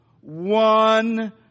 one